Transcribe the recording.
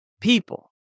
people